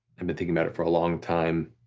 and been thinking about it for long time.